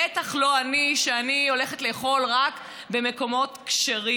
בטח לא אני, שאני הולכת לאכול רק במקומות כשרים.